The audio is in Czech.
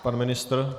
Pan ministr?